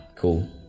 cool